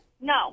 no